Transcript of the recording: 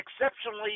exceptionally